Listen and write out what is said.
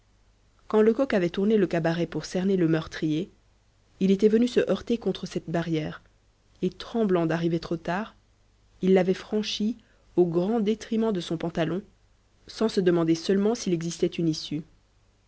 quand lecoq avait tourné le cabaret pour cerner le meurtrier il était venu se heurter contre cette barrière et tremblant d'arriver trop tard il l'avait franchie au grand détriment de son pantalon sans se demander seulement s'il existait une issue